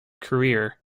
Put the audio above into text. career